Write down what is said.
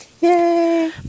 Yay